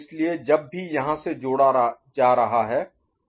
इसलिए जब भी यहां से जोड़ा जा रहा है